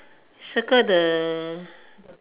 circle the